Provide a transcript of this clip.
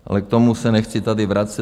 Ale k tomu se nechci tady vracet.